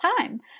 Time